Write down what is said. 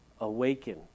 Awaken